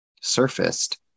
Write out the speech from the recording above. surfaced